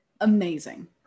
Amazing